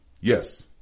yes